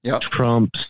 Trump